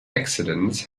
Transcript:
accidents